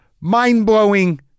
mind-blowing